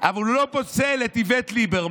אבל הוא לא פוסל את איווט ליברמן,